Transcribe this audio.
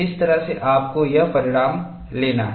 इस तरह से आपको यह परिणाम लेना है